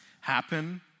happen